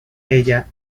ella